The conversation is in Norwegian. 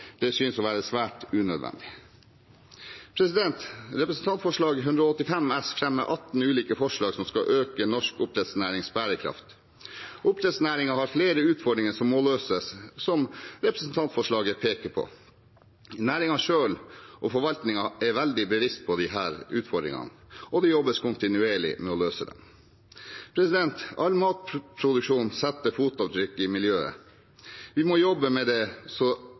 Det synes å være svært unødvendig. I representantforslaget i Dokument 8:185 S fremmes 18 ulike forslag som skal øke norsk oppdrettsnærings bærekraft. Oppdrettsnæringen har flere utfordringer som må løses, noe representantforslaget peker på. Næringen selv og forvaltningen er veldig bevisste på disse utfordringene, og det jobbes kontinuerlig med å løse dem. All matproduksjon setter fotavtrykk i miljøet. Vi må jobbe med at det er så